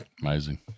Amazing